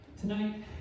tonight